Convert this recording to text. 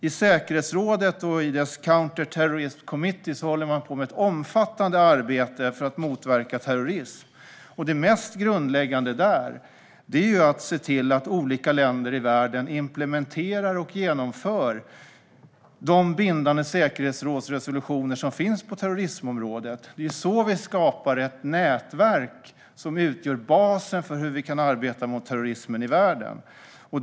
I säkerhetsrådet och i dess Counter-Terrorism Committee håller man på med ett omfattande arbete för att motverka terrorism. Det mest grundläggande där är att se till att olika länder i världen implementerar och genomför de bindande säkerhetsrådsresolutioner som finns på terrorismområdet. Det är så vi skapar ett nätverk som utgör basen för hur vi kan arbeta mot terrorismen i världen.